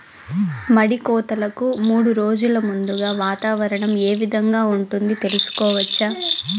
మడి కోతలకు మూడు రోజులు ముందుగా వాతావరణం ఏ విధంగా ఉంటుంది, తెలుసుకోవచ్చా?